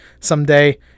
someday